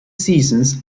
seasons